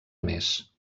mes